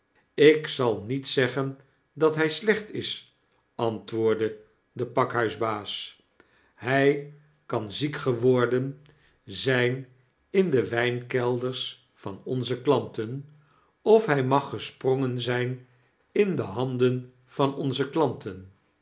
lk zal niet zeggen dat hy slecht is antwoordde de pakhuisbaas hy kan ziekgeworden zyn in de wynkelders van onze klanten of hij mag gesprongen zyn in de handen van onze klanten